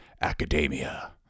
academia